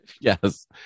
Yes